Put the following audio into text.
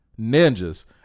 ninjas